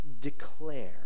declare